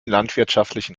landwirtschaftlichen